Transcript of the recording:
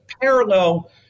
parallel